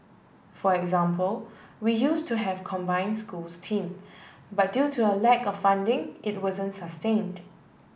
for example we used to have combined schools team but due to a lack of funding it wasn't sustained